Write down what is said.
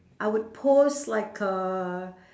I would pose like a